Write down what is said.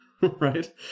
right